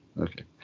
okay